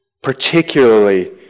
particularly